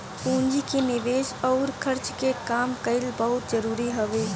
पूंजी के निवेस अउर खर्च के काम कईल बहुते जरुरी हवे